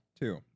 Two